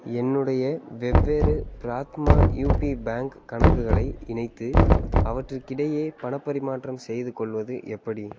என்னுடைய வெவ்வேறு Prathama UP bank கணக்குகளை இணைத்து அவற்றுக்கிடையே பணப் பரிமாற்றம் செய்துகொள்வது எப்படி